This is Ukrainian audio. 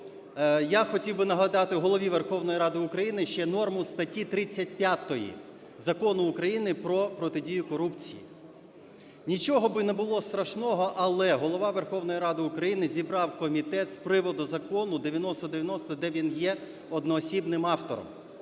я хотів би нагадати Голові Верховної Ради України ще норму статті 35 Закону України про протидію корупції. Нічого би не було страшного, але Голова Верховної Ради України зібрав комітет з приводу Закону 9090, де він є одноосібним автором.